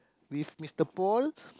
with Mister Paul